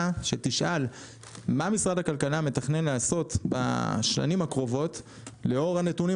שתשאל מה משרד הכלכלה מתכנן לעשות בשנים הקרובות לאור הנתונים